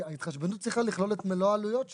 כי ההתחשבנות צריכה לכלול את מלא העלויות שלי,